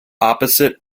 opposite